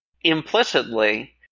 implicitly